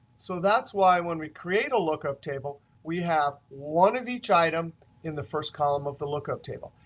so that's why when we create a lookup table we have one of each item in the first column of the lookup table.